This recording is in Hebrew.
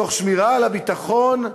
תוך שמירה על הביטחון.